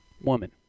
Woman